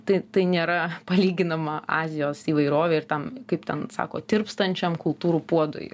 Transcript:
tai tai nėra palyginama azijos įvairovei ir tam kaip ten sako tirpstančiam kultūrų puodui